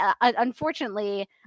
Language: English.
unfortunately